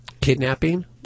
kidnapping